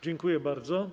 Dziękuję bardzo.